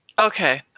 Okay